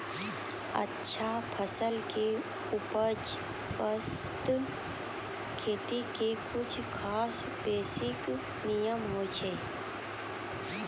अच्छा फसल के उपज बास्तं खेती के कुछ खास बेसिक नियम होय छै